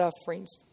sufferings